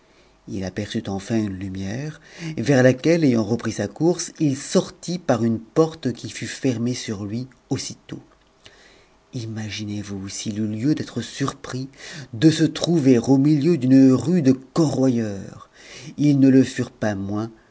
il aperçut enfin une lumière vers laquelle ayant repris sa course il sortit par une porte qui fut fermée sur lui aussitôt imaginez-vous s'il eut lieu d'être surpris de se trouver au milieu d'une rue de corroyeurs ils ne le furent pas moins